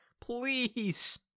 Please